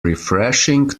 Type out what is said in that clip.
refreshing